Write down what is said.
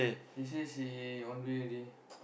she say she on the way already